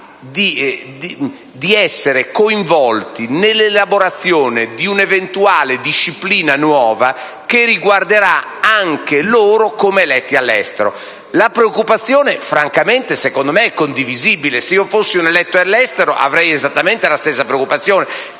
di essere coinvolti nell'elaborazione di un'eventuale disciplina nuova che riguarderà anche loro come eletti all'estero. La preoccupazione è condivisibile: se fossi un eletto all'estero avrei esattamente la stessa preoccupazione.